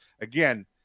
Again